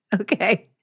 okay